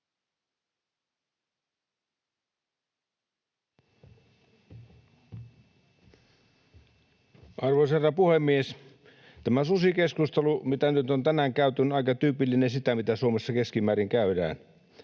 Arvoisa herra puhemies! Tämä susikeskustelu, mitä nyt on tänään käyty, on aika tyypillinen, sitä, mitä Suomessa keskimäärin käydään.